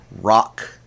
rock